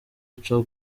aca